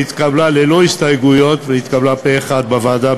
שהתקבלה ללא הסתייגויות והתקבלה פה אחד בוועדה.